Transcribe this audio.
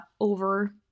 over